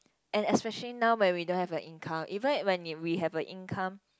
and especially now when we don't have a income even if when we have a income